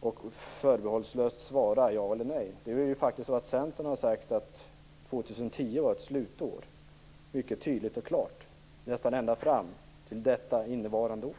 om att förbehållslöst svara ja eller nej, har Centern faktiskt sagt att 2010 är ett slutår. Det har man sagt mycket tydligt och klart nästan ända fram till innevarande år.